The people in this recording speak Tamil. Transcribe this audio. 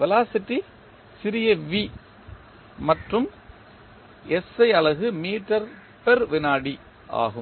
வெலாசிட்டி சிறிய v மற்றும் SI அலகு மீட்டர்விநாடி ஆகும்